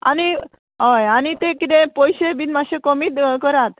आनी हय आनी ते किदें पयशे बीन मातशे कमी ध करात